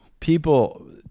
People